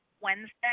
Wednesday